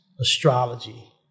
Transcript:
astrology